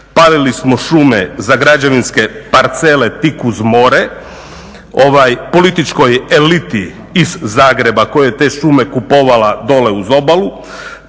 Palili smo šume za građevinske parcele tik uz more političkoj eliti iz Zagreba koja je te šume kupovala dole uz obale.